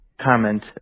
comment